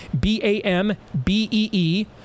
B-A-M-B-E-E